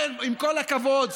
עם כל הכבוד,